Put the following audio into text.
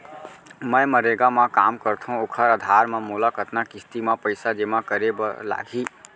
मैं मनरेगा म काम करथो, ओखर आधार म मोला कतना किस्ती म पइसा जेमा करे बर लागही?